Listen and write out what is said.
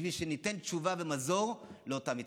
בשביל שניתן תשובה ומזור לאותם מתמחים.